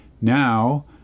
Now